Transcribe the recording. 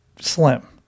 slim